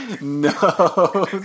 No